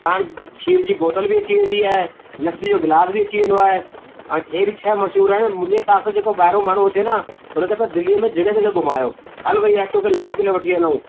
साणु खीर जी बोतल भी अची वेंदी आए लस्सी जो गिलास भी अची वेंदो आहे ऐं अहिड़ी सही मशसूरु आहिनि मुंहिंजे हिसाब सां जेको ॿाहिरियों माणू अची वञे न हुन खे त दिल्ली में जॻहि जॻहि घुमायो हलु भई अचो तोखे लाल किले वठी हलऊं